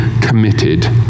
committed